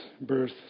birth